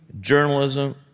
journalism